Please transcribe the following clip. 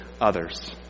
others